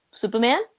Superman